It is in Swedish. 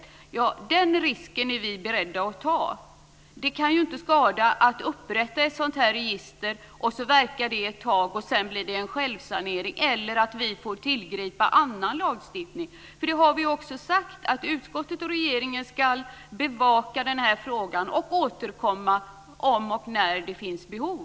Ja, men den risken är vi beredda att ta. Det kan ju inte skada att upprätta ett register som får verka ett tag och det sedan blir självsanering eller att vi får tillgripa annan lagstiftning. Vi har ju också sagt att utskottet och regeringen ska bevaka denna fråga och återkomma om och när det finns behov.